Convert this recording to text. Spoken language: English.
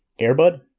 Airbud